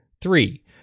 Three